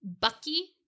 Bucky